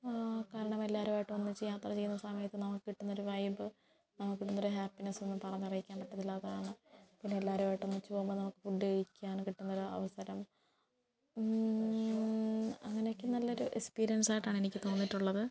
കാരണം എല്ലാരുവായിട്ട് ഒന്നിച്ച് യാത്ര ചെയ്യുന്ന സമയത്ത് നമുക്ക് കിട്ടുന്നൊരു വൈബ് കിട്ടുന്നൊരു ഹാപ്പിനെസ്സ് പറഞ്ഞറിയിക്കാൻ പറ്റത്തില്ലാത്തതാണ് പിന്നെ എല്ലാരുവായിട്ട് വച്ച് പോകുമ്പോൾ ഫുഡ് കഴിക്കാൻ കിട്ടുന്നൊരവസരം അങ്ങനെക്കെ നല്ലൊരു എക്സ്പീരിയൻസായിട്ടാണ് എനിക്ക് തോന്നിയിട്ടുള്ളത്